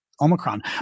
Omicron